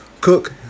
cook